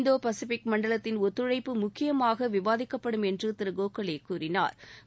இந்தோ Pacific மண்டலத்தின் ஒத்துழைப்பு முக்கியமாக விவாதிக்கப்படும் என்று திரு கோகலே கூறினாள்